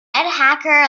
hacker